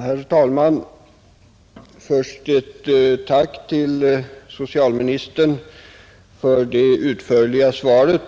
Herr talman! Först ett tack till socialministern för det utförliga svaret.